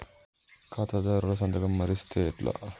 ఖాతాదారుల సంతకం మరిస్తే ఎట్లా?